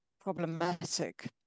problematic